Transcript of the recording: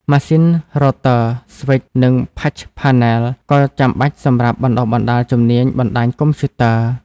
ម៉ាស៊ីន Router, Switch និង patch panel ក៏ចាំបាច់សម្រាប់បណ្តុះបណ្តាលជំនាញបណ្តាញកុំព្យូទ័រ។